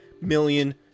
million